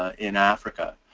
ah in africa.